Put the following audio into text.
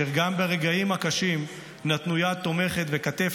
שגם ברגעים הקשים נתנו יד תומכת וכתף